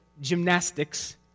gymnastics